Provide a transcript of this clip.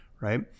Right